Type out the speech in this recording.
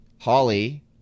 Holly